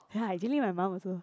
ya I dealing my mum also